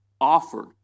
offered